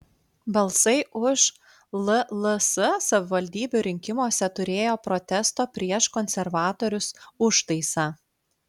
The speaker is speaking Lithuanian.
balsai už lls savivaldybių rinkimuose turėjo protesto prieš konservatorius užtaisą